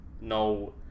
no